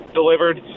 delivered